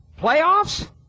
playoffs